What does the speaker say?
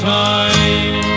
time